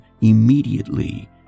immediately